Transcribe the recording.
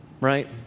right